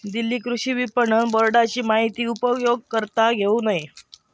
दिल्ली कृषि विपणन बोर्डाची माहिती उपयोगकर्ता घेऊ शकतत